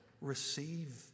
receive